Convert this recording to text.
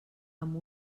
amb